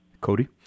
Cody